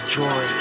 joy